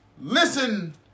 Listen